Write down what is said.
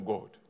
God